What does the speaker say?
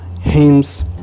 hymns